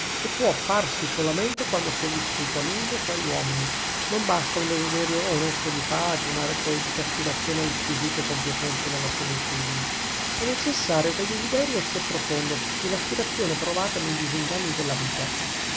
che può farsi solamente quando si è vissuto a lungo tra gli uomini non basta un desiderio onesto di pace o una poetica aspirazione alle squisite compiacenze della solitudine è necessario che il desiderio sia profondo e l'aspirazione provata nei disinganni della vita